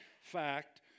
fact